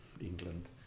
England